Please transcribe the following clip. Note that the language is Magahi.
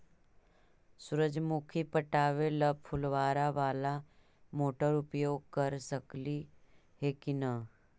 सुरजमुखी पटावे ल फुबारा बाला मोटर उपयोग कर सकली हे की न?